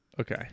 Okay